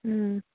ꯎꯝ